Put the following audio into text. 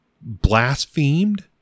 blasphemed